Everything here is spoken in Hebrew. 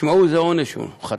תשמעו איזה עונש הוא חטף: